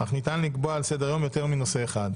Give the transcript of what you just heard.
אך ניתן לקבוע על סדר היום יותר מנושא אחד.